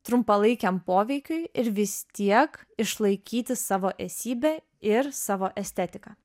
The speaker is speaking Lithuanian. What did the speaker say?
trumpalaikiam poveikiui ir vis tiek išlaikyti savo esybę ir savo estetiką